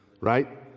Right